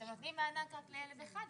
אתם נותנים מענק רק לילד אחד,